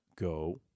Go